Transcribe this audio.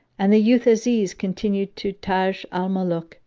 and the youth aziz continued to taj al-muluk